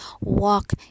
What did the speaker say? walk